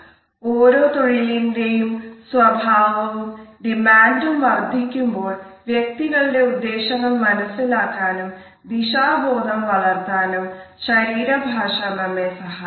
ഓരോ തൊഴിലിന്റെയും സ്വഭാവവും ഡിമാൻഡും വർധിക്കുമ്പോൾ വ്യക്തികളുടെ ഉദ്ദേശങ്ങൾ മനസിലാക്കാനും ദിശാബോധം വളർത്താനും ശരീര ഭാഷ നമ്മെ സഹായിക്കുന്നു